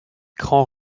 grands